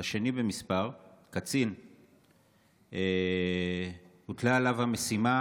השני במספר, קצין, הוטלה המשימה